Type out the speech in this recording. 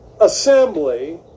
assembly